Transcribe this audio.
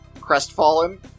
crestfallen